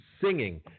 singing